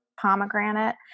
pomegranate